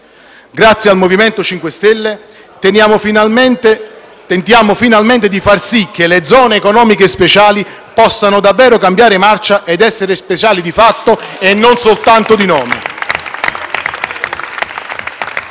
Grazie al MoVimento 5 Stelle, tentiamo finalmente di far sì che le zone economiche speciali possano davvero cambiare marcia ed essere speciali di fatto e non soltanto di nome.